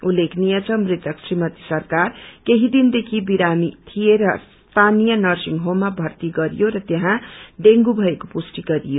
उल्लेखनीय छ मृतक श्रीमती सरकार केही दिनदेखि विरामी थिए र स्थानीय नर्सिङ होममा भर्ती गरियो र त्यहाँ डेँगू भएको पुष्टी गरियो